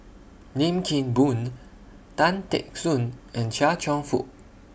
Lim Kim Boon Tan Teck Soon and Chia Cheong Fook